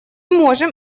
можем